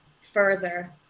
further